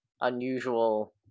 unusual